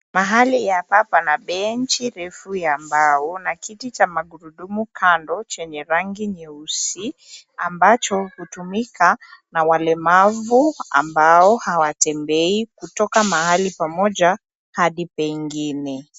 Mahali ya papa na benchi refu ya mbao na kiti cha magurudumu kando chenye rangi nyeusi ambacho hutumika na walemavu ambao hawatembei kutoka mahali pamoja hadi pengine.